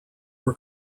were